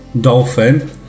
Dolphin